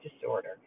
disorder